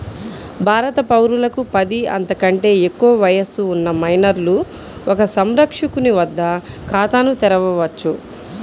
భారత పౌరులకు పది, అంతకంటే ఎక్కువ వయస్సు ఉన్న మైనర్లు ఒక సంరక్షకుని వద్ద ఖాతాను తెరవవచ్చు